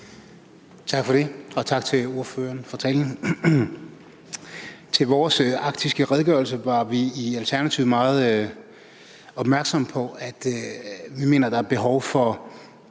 Tak for det. Og tak til ordføreren for talen. I forbindelse med den arktiske redegørelse er vi i Alternativet opmærksomme på, at der er et stærkt behov for,